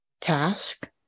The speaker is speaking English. task